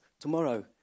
tomorrow